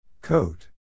Coat